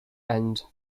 and